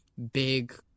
big